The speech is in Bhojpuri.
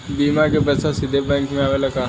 बीमा क पैसा सीधे बैंक में आवेला का?